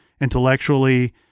intellectually